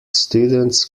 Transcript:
students